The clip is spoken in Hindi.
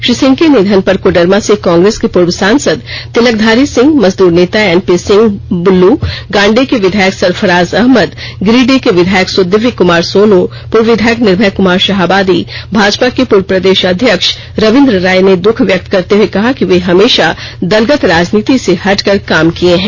श्री सिंह के निधन पर कोडरमा से कांग्रेस के पूर्व सांसद तिलकधारी सिंह मजदूर नेता एनपी सिंह ब्रुल्लू गांडेय के विधायक सरफराज अहमद गिरिडीह के विधायक सुदीव्य कमार सोन पूर्व विधायक निर्भय कमार शाहाबादी भाजपा के पूर्व प्रदेश अध्यक्ष रवीन्द्र राय ने दुःख व्यक्त करते हुए कहा कि वे हमेशा दलगत राजनीति से हटकर काम किये हैं